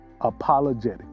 apologetic